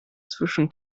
zwischen